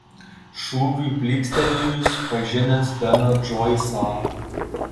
šūviui plykstelėjus pažinęs beną džoisą